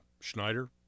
Schneider